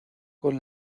con